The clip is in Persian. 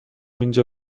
اینجا